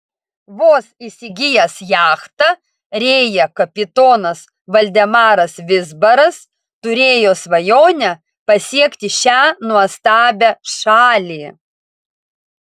vos įsigijęs jachtą rėja kapitonas valdemaras vizbaras turėjo svajonę pasiekti šią nuostabią šalį